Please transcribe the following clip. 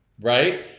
right